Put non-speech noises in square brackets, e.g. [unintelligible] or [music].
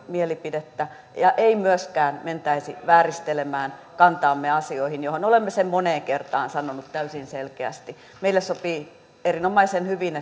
mielipidettä ja ei myöskään mentäisi vääristelemään kantaamme asiaan johon olemme sen moneen kertaan sanoneet täysin selkeästi meille sopii erinomaisen hyvin [unintelligible]